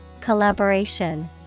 Collaboration